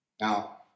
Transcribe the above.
Now